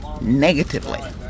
negatively